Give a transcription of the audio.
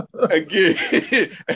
again